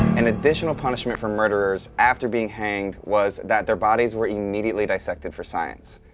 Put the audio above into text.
an additional punishment for murderers, after being hanged, was that their bodies were immediately dissected for science.